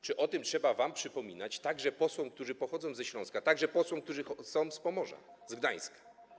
Czy o tym trzeba wam przypominać, także posłom, którzy pochodzą ze Śląska, także posłom, którzy są z Pomorza, z Gdańska?